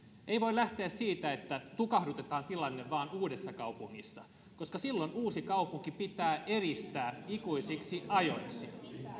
ei voi lähteä siitä että tukahdutetaan tilanne vain uudessakaupungissa koska silloin uusikaupunki pitää eristää ikuisiksi ajoiksi